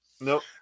Nope